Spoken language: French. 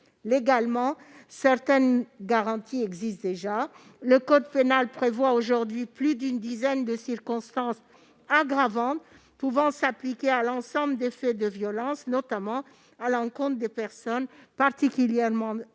Légalement, certaines garanties existent déjà : le code pénal prévoit plus d'une dizaine de circonstances aggravantes pouvant s'appliquer à l'ensemble des faits de violence, notamment à l'encontre des personnes particulièrement exposées